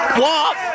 walk